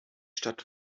stadt